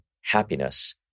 happiness